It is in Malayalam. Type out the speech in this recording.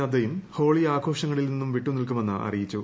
നദ്ദയും ഹോളി ആഘോഷങ്ങളിൽ നിന്നും വിട്ടുനിൽക്കുമെന്ന് അറിയിച്ചു